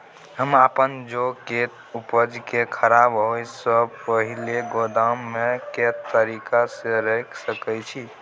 हम अपन जौ के उपज के खराब होय सो पहिले गोदाम में के तरीका से रैख सके छी?